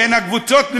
בין הקבוצות,